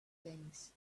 things